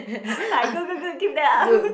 like good good good keep that up